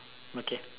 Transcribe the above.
okay